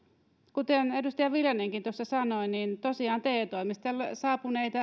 kuten edustaja viljanenkin tuossa sanoi niin tosiaan te toimistoille saapuneita